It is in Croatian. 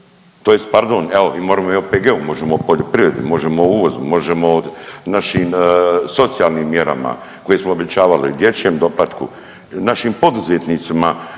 tj. pardon, evo, moramo i o OPG-u, možemo o poljoprivredi, možemo o uvozu, možemo o našim socijalnim mjerama koje smo obećavali, dječjem doplatku, našim poduzetnicima